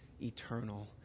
eternal